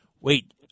Wait